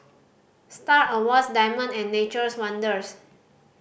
Star Awards Diamond and Nature's Wonders